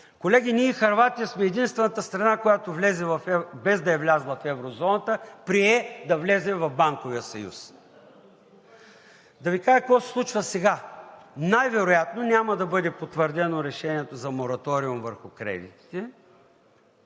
Колеги, ние и Хърватия сме единствените страни, които, без да са влезли в еврозоната, приеха да влязат в Банковия съюз, да Ви кажа какво се случва сега. Най-вероятно няма да бъде потвърдено решението за мораториум върху кредитите